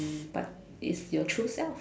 but it's your true self